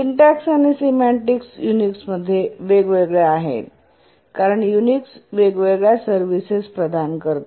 syntax आणि semantics Unix मध्ये वेगवेगळ्या आहेत कारण युनिक्स वेगवेगळ्या सर्विसेस प्रदान करते